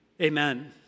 amen